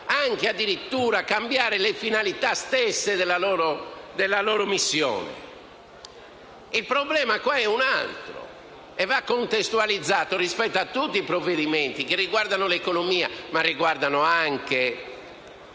addirittura cambiare le finalità stesse della loro missione. Il problema è un altro e va contestualizzato rispetto a tutti i provvedimenti che riguardano l'economia, ma anche